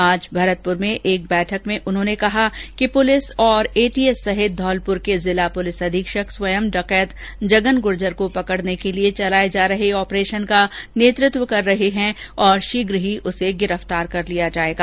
आज भरतपुर में एक बैठक में उन्होंने कहा कि पुलिस और एटीएस सहित धौलपुर के जिला पुलिस अधीक्षक स्वयं डकैत जगन गूर्जर को पकडने के लिये चलाये जा रहे ऑपरेशन का नेतृत्व कर रहे है और शीघ्र ही उसे गिरफ्तार कर लिया जायेगा